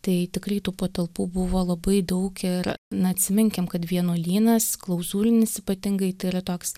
tai tikrai tų patalpų buvo labai daug ir na atsiminkim kad vienuolynas klauzūrinis ypatingai tai yra toks